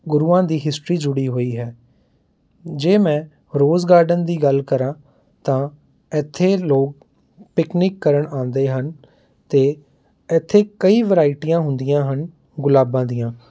ਗੁਰੂਆਂ ਦੀ ਹਿਸਟਰੀ ਜੁੜੀ ਹੋਈ ਹੈ ਜੇ ਮੈਂ ਰੋਜ਼ ਗਾਰਡਨ ਦੀ ਗੱਲ ਕਰਾਂ ਤਾਂ ਇੱਥੇ ਲੋਕ ਪਿਕਨਿਕ ਕਰਨ ਆਉਂਦੇ ਹਨ ਅਤੇ ਇੱਥੇ ਕਈ ਵਰਾਇਟੀਆਂ ਹੁੰਦੀਆਂ ਹਨ ਗੁਲਾਬਾਂ ਦੀਆਂ